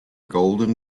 golden